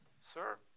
sir